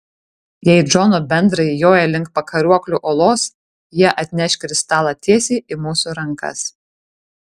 jei džono bendrai joja link pakaruoklių uolos jie atneš kristalą tiesiai į mūsų rankas